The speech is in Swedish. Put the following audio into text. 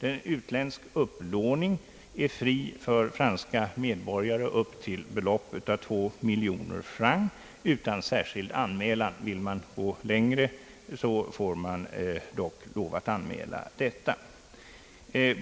En utländsk upplåning är fri för franska medborgare upp till ett belopp av två miljoner franc utan någon särskild anmälan. Vill man gå längre får man dock lov att anmäla detta.